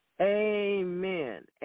Amen